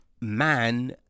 Man